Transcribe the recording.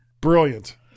brilliant